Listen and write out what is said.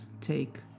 take